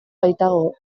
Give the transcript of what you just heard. baitago